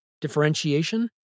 Differentiation